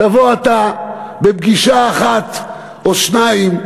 תבוא אתה, בפגישה אחת או שתיים,